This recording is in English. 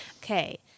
Okay